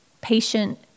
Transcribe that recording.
patient